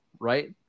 right